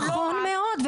נכון מאוד,